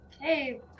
Hey